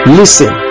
listen